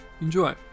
Enjoy